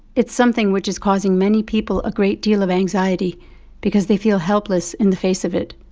it's something which is causing many people a great deal of anxiety because they feel helpless in the face of it.